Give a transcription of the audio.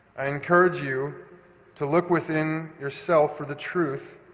i encourage you to look within yourself for the truth,